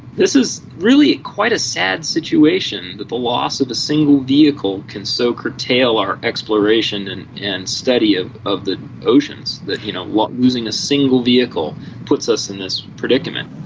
this is really quite a sad situation, that the loss of a single vehicle can so curtail our exploration and and study of of the oceans, that you know losing a single vehicle puts us in this predicament.